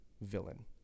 villain